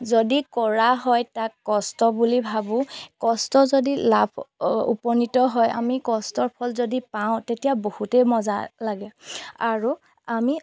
যদি কৰা হয় তাক কষ্ট বুলি ভাবোঁ কষ্ট যদি লাভ উপনীত হয় আমি কষ্টৰ ফল যদি পাওঁ তেতিয়া বহুতেই মজা লাগে আৰু আমি